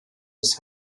des